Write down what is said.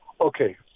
Okay